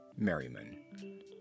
Merriman